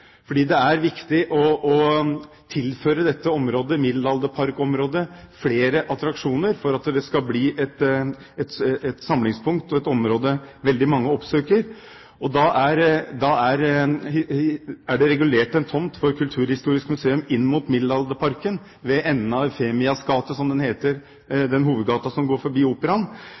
det er viktig å tilføre dette området, middelalderparkområdet, flere attraksjoner for at det skal bli et samlingspunkt og et område veldig mange oppsøker. Det er regulert en tomt for Kulturhistorisk museum inn mot Middelalderparken, ved enden av Dronning Eufemias gate, den hovedgaten som går forbi Operaen.